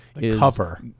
cover